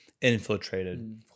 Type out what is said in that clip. infiltrated